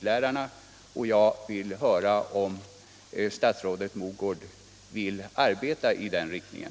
Jag vill därför efterhöra om statsrådet Mogård ämnar arbeta i den riktningen.